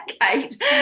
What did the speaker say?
Kate